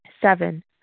Seven